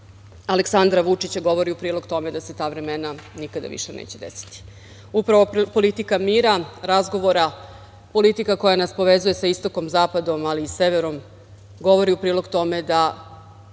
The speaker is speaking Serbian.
Aleksandra Vučića govori u prilog tome da se ta vremena nikada više neće desiti. Upravo politika mira, razgovora, politika koja nas povezuje sa Istokom, Zapadom ali i Severom govori u prilog tome da